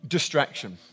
Distraction